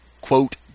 quote